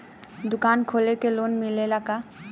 दुकान खोले के लोन मिलेला का?